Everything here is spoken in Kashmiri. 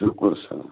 شُکُر سا